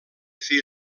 fer